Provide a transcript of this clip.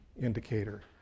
indicator